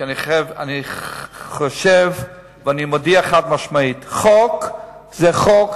כי אני חושב ומודיע חד-משמעית: חוק זה חוק,